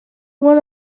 one